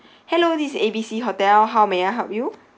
hello this A B C hotel how may I help you